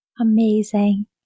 Amazing